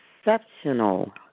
Exceptional